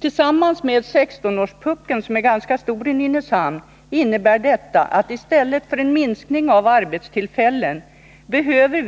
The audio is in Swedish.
Tillsammans med 16-årspuckeln, som är ganska stor i Nynäshamn, innebär detta att vi inom en 3-5-årsperiod i stället för en minskning av arbetstillfällena behöver